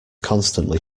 constantly